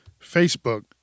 Facebook